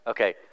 Okay